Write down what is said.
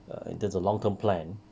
that's the long term plan